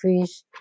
fish